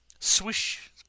Swish